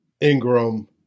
Ingram